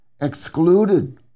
excluded